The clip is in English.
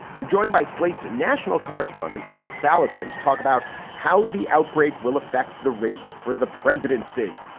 i'm joined by slate's national correspondent wil salant and to talk about how the outbreak will affect the race for the presidency.